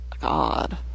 god